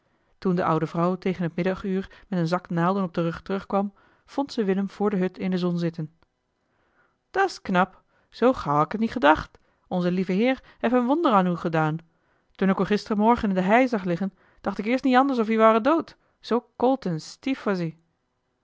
toen de oude vrouw tegen het middaguur met een zak naalden op den rug terugkwam vond ze willem voor de hut in de zon zitten da's knap zoo gauw heb ik het niet edacht onze lieve heer hef een wonder an oe edaon toen ik oe gistermorgen in de hei zag liggen dacht ik eerst niet anders of ie waren dood zoo